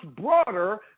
broader